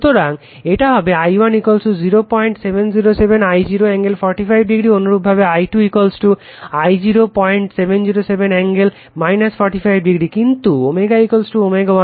সুতরাং এটা হবে I 1 0707 I 0 45° অনুরূপভাবে I 2 I 0707 ∠ 45° কিন্তু ω ω 1 তে XC XL R